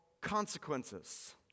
consequences